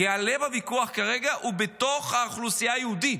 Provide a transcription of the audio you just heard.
כי לב הוויכוח כרגע הוא בתוך האוכלוסייה היהודית.